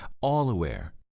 all-aware